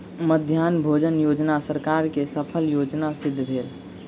मध्याह्न भोजन योजना सरकार के सफल योजना सिद्ध भेल